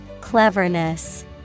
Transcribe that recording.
Cleverness